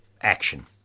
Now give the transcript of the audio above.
action